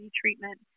treatment